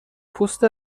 پوست